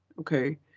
okay